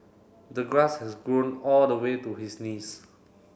the grass has grown all the way to his knees